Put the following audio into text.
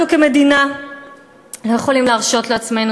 אנחנו כמדינה לא יכולים להרשות לעצמנו